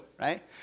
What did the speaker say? right